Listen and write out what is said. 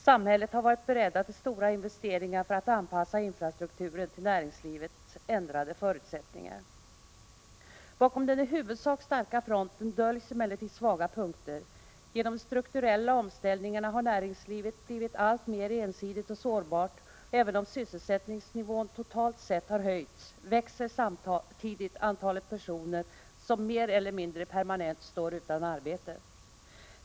Samhället har varit berett till stora investeringar för att anpassa infrastrukturen till näringslivets ändrade förutsättningar. Bakom den i huvudsak starka fronten döljs emellertid svaga punkter. Genom de strukturella omställningarna har näringslivet blivit alltmer ensidigt och sårbart. Även om sysselsättningsnivån totalt sett har höjts växer samtidigt antalet personer som mer eller mindre permanent står utan arbete.